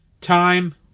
time